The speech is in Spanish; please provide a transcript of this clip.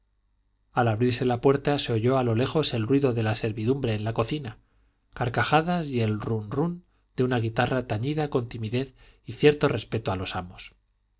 al abrirse la puerta se oyó a lo lejos el ruido de la servidumbre en la cocina carcajadas y el run run de una guitarra tañida con timidez y cierto respeto a los amos